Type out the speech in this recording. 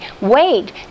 wait